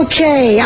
Okay